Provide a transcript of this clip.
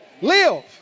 live